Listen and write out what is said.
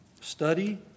study